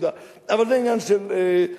אבל זה עניין של הרגשה.